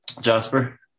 Jasper